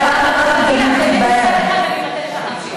אולי פעם אחת ולתמיד היא תתבהר.